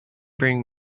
bring